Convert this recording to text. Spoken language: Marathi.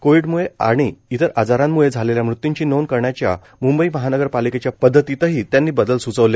कोविडमुळे आणि इतर आजारांम्ळे झालेल्या मृत्यूची नोंद करण्याच्या मुंबई महानगर पालिकेच्या पद्धतीतही त्यांनी बदल स्चवले